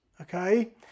Okay